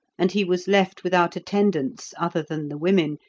and he was left without attendance other than the women,